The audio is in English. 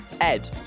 Ed